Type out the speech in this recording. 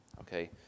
okay